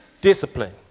Discipline